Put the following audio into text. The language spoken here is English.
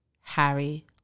Harry